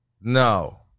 No